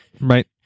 right